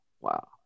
wow